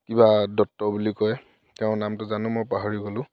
কিবা দত্ত বুলি কয় তেওঁৰ নামটো জানো মই পাহৰি গ'লোঁ